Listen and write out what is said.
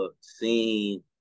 seen